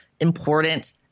important